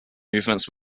movements